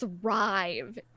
thrive